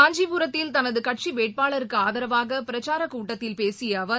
காஞ்சிபுரத்தில் தனதுகட்சிவேட்பாளருக்குஆதரவாகபிரச்சாரக் கூட்டத்திலபேசியஅவர்